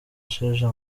sheja